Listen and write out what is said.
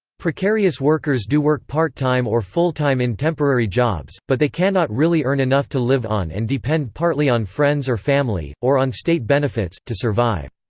precarious workers do work part-time or full-time in temporary jobs, but they cannot really earn enough to live on and depend partly on friends or family, or on state benefits, to survive.